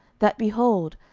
that, behold,